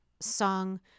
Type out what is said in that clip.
song